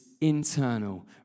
internal